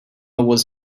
was